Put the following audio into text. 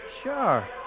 Sure